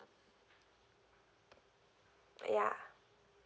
yeah